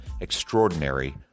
extraordinary